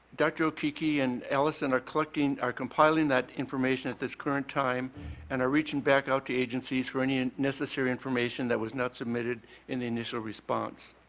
dr. okeke and allison are collecting are compiling that information at this current time and are reaching back out to agencies for any and unnecessary information that was not submitted in the initial response.